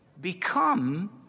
become